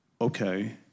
okay